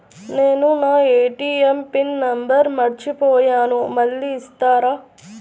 నేను నా ATM pin number మర్చిపోయాను మళ్ళీ ఇస్తారా?